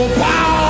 power